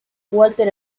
walter